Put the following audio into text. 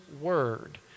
word